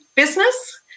business